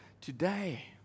today